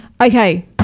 Okay